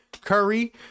Curry